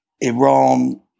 Iran